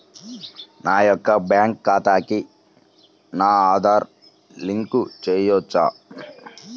నా యొక్క బ్యాంక్ ఖాతాకి నా ఆధార్ నంబర్ లింక్ చేయవచ్చా?